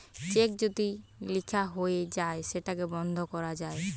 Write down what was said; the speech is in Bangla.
চেক যদি লিখা হয়ে যায় সেটাকে বন্ধ করা যায়